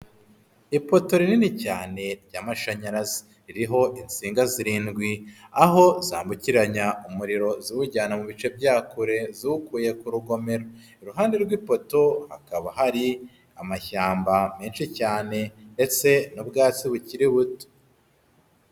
Ipoto rinini cyane ry'amashanyarazi ririho insinga zirindwi aho zambukiranya umuriro ziwujyana mu bice bya kure zawukuye ku rugomero, iruhande rw'ipoto hakaba hari amashyamba menshi cyane ndetse n'ubwatsi bukiri buto.